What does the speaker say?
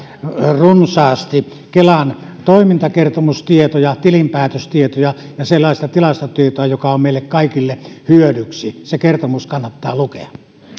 runsaasti kelan toimintakertomustietoja tilinpäätöstietoja ja sellaista tilastotietoa joka on meille kaikille hyödyksi se kertomus kannattaa lukea